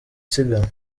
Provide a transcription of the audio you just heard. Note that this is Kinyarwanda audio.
siganwa